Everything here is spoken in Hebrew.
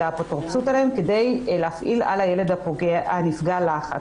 האפוטרופסות עליהם כדי להפעיל על הילד הנפגע לחץ.